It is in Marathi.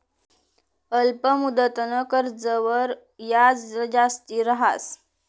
अल्प मुदतनं कर्जवर याज जास्ती रहास